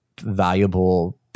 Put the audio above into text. valuable